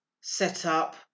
setup